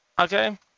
Okay